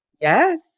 Yes